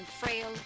frail